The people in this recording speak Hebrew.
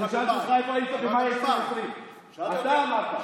שאלתי אותך איפה היית במאי 2020. אתה אמרת.